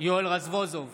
יואל רזבוזוב,